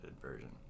version